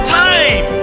time